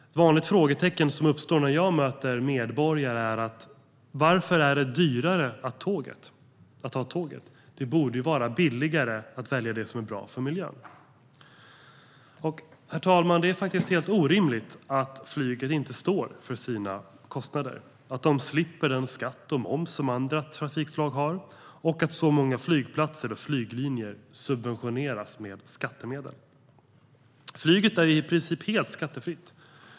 Ett vanligt frågetecken som uppstår när jag möter medborgare gäller varför det är dyrare att ta tåget. Det borde vara billigare att välja det som är bra för miljön. Herr talman! Det är faktiskt helt orimligt att flyget inte står för sina kostnader, att flyget slipper den skatt och moms som andra trafikslag har och att så många flygplatser och flyglinjer subventioneras med skattemedel. Flyget är i princip helt skattefritt.